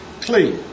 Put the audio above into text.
clean